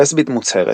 לסבית מוצהרת.